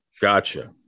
Gotcha